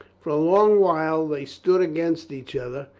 for a long while they stood against each other,